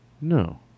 No